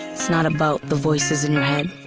it's not about the voices in your head.